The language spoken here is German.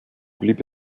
blieb